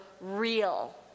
real